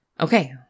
okay